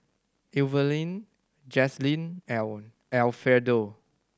Evaline Jazlyn Al Alfredo